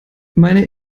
meine